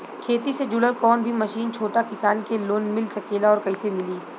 खेती से जुड़ल कौन भी मशीन छोटा किसान के लोन मिल सकेला और कइसे मिली?